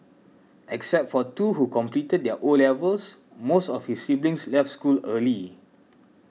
except for two who completed their O levels most of his siblings left school early